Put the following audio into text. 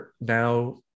Now